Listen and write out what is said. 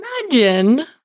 imagine